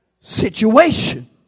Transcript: situation